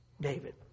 David